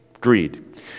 Greed